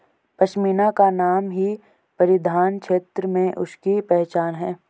पशमीना का नाम ही परिधान क्षेत्र में उसकी पहचान है